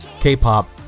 K-pop